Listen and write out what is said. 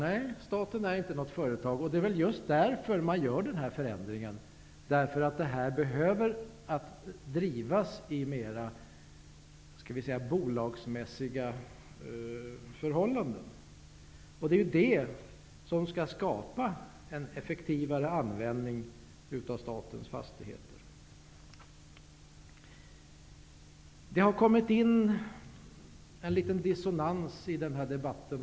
Nej, staten är inte något företag, och det är just därför man vill göra denna förändring. Den här verksamheten behöver drivas i mera bolagsmässiga former. Det är det som skall skapa en effektivare användning av statens fastigheter. Det har uppstått en liten dissonans i debatten.